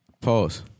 pause